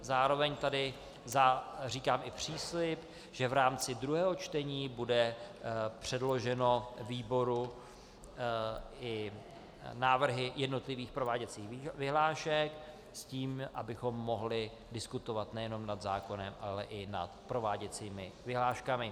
Zároveň tady říkám i příslib, že v rámci druhého čtení budou předloženy výboru i návrhy jednotlivých prováděcích vyhlášek, s tím abychom mohli diskutovat nejenom nad zákonem, ale i nad prováděcími vyhláškami.